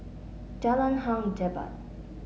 Jalan Hang Jebat